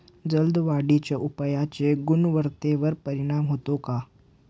जलद वाढीच्या उपायाचा गुणवत्तेवर परिणाम होतो का?